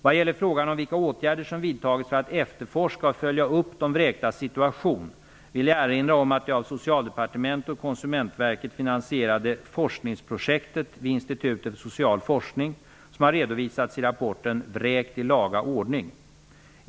Vad gäller frågan om vilka åtgärder som vidtagits för att efterforska och följa upp de vräktas situation vill jag erinra om det av Socialdepartementet och Konsumentverket finansierade forskningsprojektet vid Institutet för social forskning, som har redovisats i rapporten Vräkt i laga ordning.